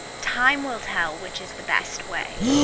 time will tell which is the best way,